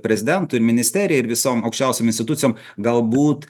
prezidentui ministerijai ir visom aukščiausiom institucijom galbūt